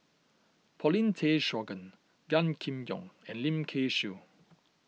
Paulin Tay Straughan Gan Kim Yong and Lim Kay Siu